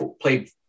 played